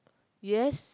yes